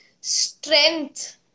strength